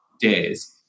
days